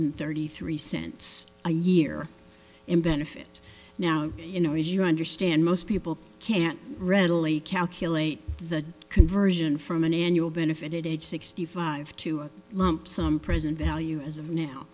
and thirty three cents a year in benefits now you know as you understand most people can't readily calculate the conversion from an annual benefit it age sixty five to a lump sum present value as of now